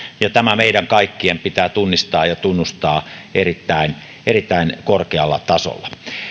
ja tämä meidän kaikkien pitää tunnistaa ja tunnustaa erittäin erittäin korkealla tasolla